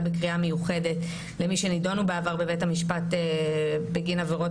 בקריאה מיוחדת למי שנידונו בעבר בבית המשפט בגין עבירות